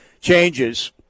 changes